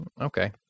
Okay